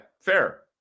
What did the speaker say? Fair